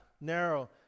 Narrow